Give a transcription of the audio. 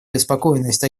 обеспокоенность